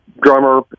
drummer